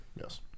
Yes